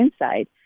inside